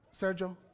Sergio